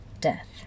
death